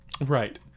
Right